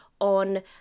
on